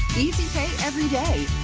pay every day.